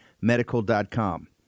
medical.com